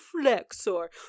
flexor